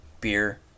beer